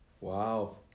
Wow